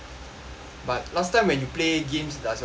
but last time when you play games does your F_P_S